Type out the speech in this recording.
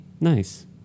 Nice